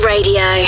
Radio